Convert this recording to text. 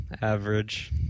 average